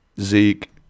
Zeke